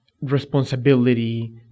responsibility